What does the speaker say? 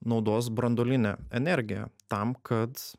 naudos branduolinę energiją tam kad